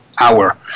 Hour